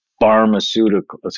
pharmaceutical